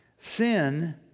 Sin